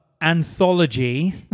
anthology